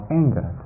anger